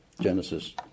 Genesis